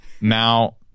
Now